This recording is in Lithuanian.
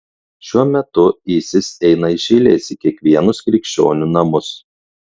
šiuo metu isis eina iš eilės į kiekvienus krikščionių namus